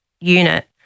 unit